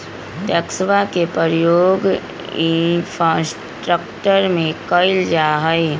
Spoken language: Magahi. टैक्सवा के प्रयोग इंफ्रास्ट्रक्टर में कइल जाहई